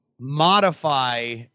modify